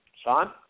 Sean